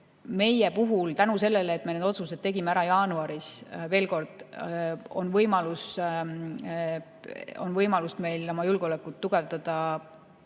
Veel kord: tänu sellele, et me need otsused tegime ära jaanuaris, on võimalus meil oma julgeolekut tugevdada